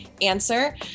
answer